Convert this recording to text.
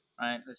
right